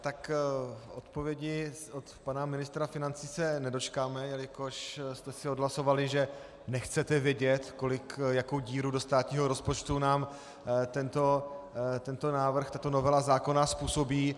Tak odpovědi od pana ministra financí se nedočkáme, jelikož jste si odhlasovali, že nechcete vědět, jakou díru do státního rozpočtu nám tento návrh, tato novela zákona způsobí.